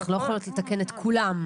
אנחנו לא יכולות לתקן את כולם.